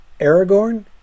Aragorn